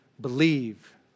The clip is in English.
believe